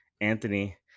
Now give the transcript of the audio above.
Anthony